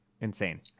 insane